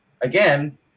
again